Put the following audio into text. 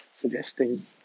suggesting